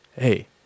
Hey